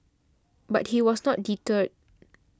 but he was not deterred